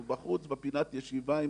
הוא בחוץ בפינת הישיבה,